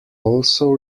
also